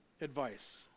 advice